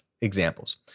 examples